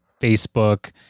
Facebook